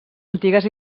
antigues